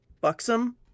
buxom